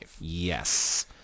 Yes